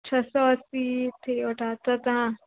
छह सौ असी थी वियव था त तव्हां